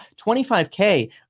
25K